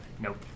Nope